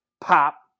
pop